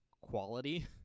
quality